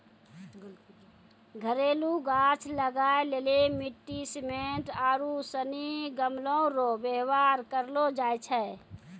घरेलू गाछ लगाय लेली मिट्टी, सिमेन्ट आरू सनी गमलो रो वेवहार करलो जाय छै